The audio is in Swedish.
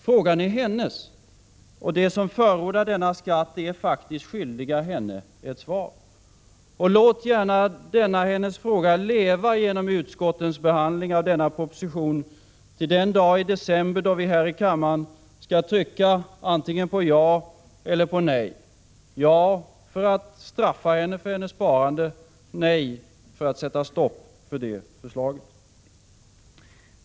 Frågan är hennes — och de som förordar denna skatt är skyldiga henne ett svar. Låt denna hennes fråga leva genom utskottsbehandlingen av propositionen till den dag i december då vi här i kammaren skall trycka antingen på ja eller på nej — ja, för att straffa henne för hennes sparande; nej, för att sätta stopp för detta förslag.